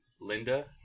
Linda